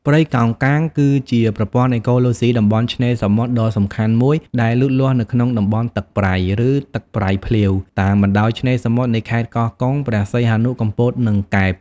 ព្រៃកោងកាងគឺជាប្រព័ន្ធអេកូឡូស៊ីតំបន់ឆ្នេរសមុទ្រដ៏សំខាន់មួយដែលលូតលាស់នៅក្នុងតំបន់ទឹកប្រៃ ឬទឹកប្រៃភ្លាវ តាមបណ្តោយឆ្នេរសមុទ្រនៃខេត្តកោះកុង ព្រះសីហនុ កំពត និងកែប។